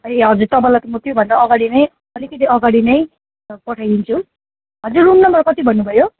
ए हजुर तपाईँलाई त म त्योभन्दा अगाडि नै अलिकति अगाडि नै पठाइदिन्छु हजुर रुम नम्बर कति भन्नुभयो